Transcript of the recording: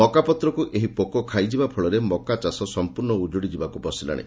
ମକାପତ୍ରକୁ ଏହି ପୋକ ଖାଇଯିବା ଫଳରେ ମକା ଚାଷ ସମ୍ମର୍ଶ୍ର୍ଣ ଉକୁଡିବାକୁ ବସିଲାଣି